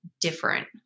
different